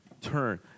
Turn